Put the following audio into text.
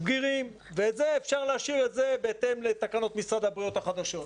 ואת זה אפשר להשאיר בהתאם לתקנות משרד הבריאות החדשות.